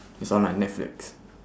is on like netflix